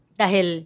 dahil